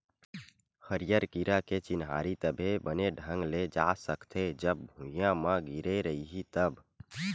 हरियर कीरा के चिन्हारी तभे बने ढंग ले जा सकथे, जब भूइयाँ म गिरे रइही तब